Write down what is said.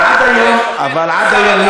אבל עד היום,